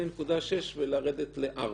8.6% ולרדת ל-4.